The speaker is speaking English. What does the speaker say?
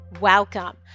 welcome